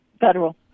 Federal